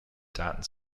daten